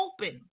open